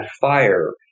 fire